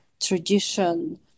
tradition